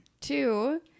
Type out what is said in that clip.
two